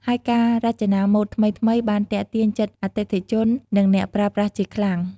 ហើយការរចនាម៉ូដថ្មីៗបានទាក់ទាញចិត្តអតិថិជន និងអ្នកប្រើប្រាស់ជាខ្លាំង។